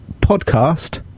podcast